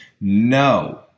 No